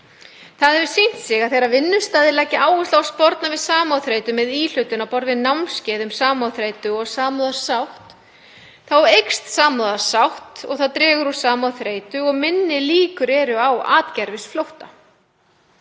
Það hefur sýnt sig að þegar vinnustaðir leggja áherslu á að sporna við samúðarþreytu með íhlutun á borð við námskeið um samúðarþreytu og samúðarsátt, þá eykst samúðarsátt og dregur úr samúðarþreytu og minni líkur eru á atgervisflótta.